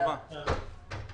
הדלתות